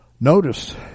Notice